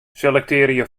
selektearje